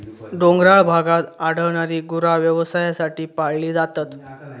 डोंगराळ भागात आढळणारी गुरा व्यवसायासाठी पाळली जातात